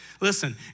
listen